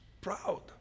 proud